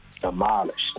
demolished